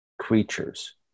creatures